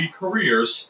careers